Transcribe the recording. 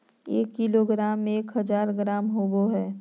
एक किलोग्राम में एक हजार ग्राम होबो हइ